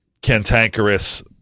cantankerous